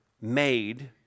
made